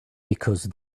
because